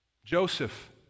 Joseph